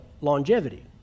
longevity